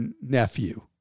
nephew